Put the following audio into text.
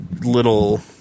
little